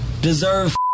deserve